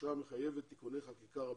שאושרה מחייבת תיקוני חקיקה רבים,